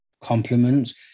compliments